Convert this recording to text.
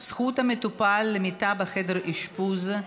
זכות המטופל למיטה בחדר אשפוז),